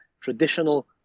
traditional